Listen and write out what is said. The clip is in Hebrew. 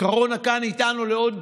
הקורונה כאן איתנו לעוד